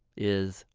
is.